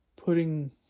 putting